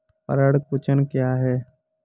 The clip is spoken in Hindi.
पर्ण कुंचन क्या है?